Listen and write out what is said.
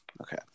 okay